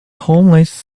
homeless